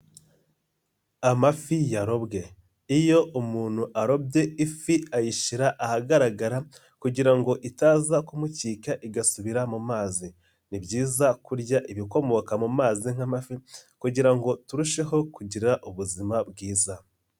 Amafi yarobwe, iyo umuntu arobye ifi ayishyira ahagaragara kugira ngo itaza kumucika igasubira mu mazi, ni byiza kurya ibikomoka mu mazi nk'amafi kugira ngo turusheho kugira ubuzima bwiza.